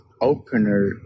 Opener